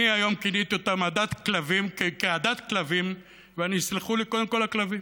אני היום כיניתי אותם "עדת כלבים" ויסלחו לי קודם כול הכלבים,